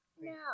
No